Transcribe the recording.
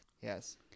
Yes